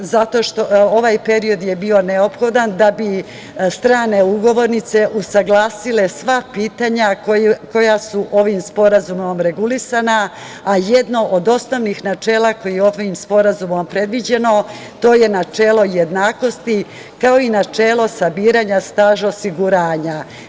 Ovaj period je bio neophodan da bi strane ugovornice usaglasile sva pitanja koja su ovim sporazumom regulisana, a jedno od osnovnih načela koji je ovim sporazumom predviđeno to je načelo jednakosti, kao i načela sa biranja staža osiguranja.